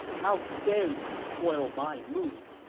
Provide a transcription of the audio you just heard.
how dare you spoil my mood!